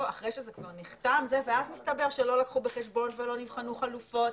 אחרי שזה כבר נחתם ואז מסתבר שלא לקחו בחשבון ולא נבחנו חלופות,